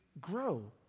grow